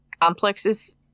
complexes